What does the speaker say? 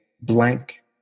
blank